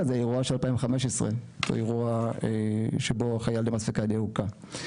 זה האירוע של 2015. האירוע שבו החייל דמאס פיקדה הוכה.